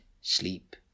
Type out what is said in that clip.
sleep